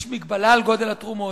יש מגבלה על גודל התרומות,